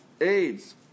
AIDS